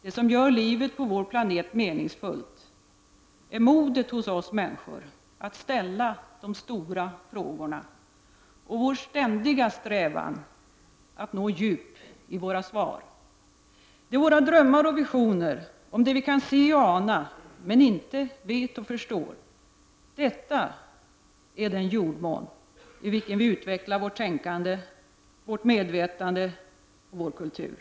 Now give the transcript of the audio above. Det som gör livet på vår planet meningsfullt är modet hos oss människor att ställa de stora frågorna och vår ständiga strävan att nå djup i våra svar, det är våra drömmar och visioner om det vi kan se och ana men inte vet och förstår. Detta är den jordmån i vilken vi utvecklar vårt tänkande, vårt medvetande, vår kultur.